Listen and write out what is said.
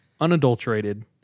unadulterated